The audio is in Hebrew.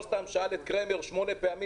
עשינו שינוי בלוחות הזמנים ארבע פעמים